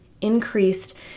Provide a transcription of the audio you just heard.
increased